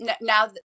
now